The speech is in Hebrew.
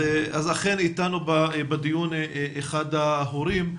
אז אכן איתנו בדיון אחד ההורים,